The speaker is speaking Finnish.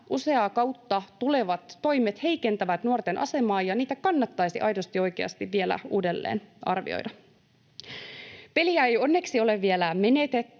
useaa kautta tulevat toimet heikentävät nuorten asemaa ja niitä kannattaisi aidosti oikeasti vielä uudelleen arvioida. Peliä ei onneksi ole vielä menetetty.